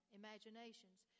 imaginations